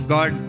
God